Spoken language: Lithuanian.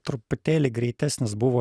truputėlį greitesnis buvo